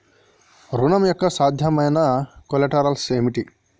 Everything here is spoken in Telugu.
ఋణం యొక్క సాధ్యమైన కొలేటరల్స్ ఏమిటి?